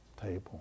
table